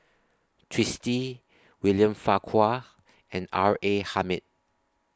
Twisstii William Farquhar and R A Hamid